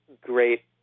great